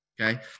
okay